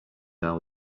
our